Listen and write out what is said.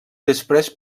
després